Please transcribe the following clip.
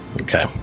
okay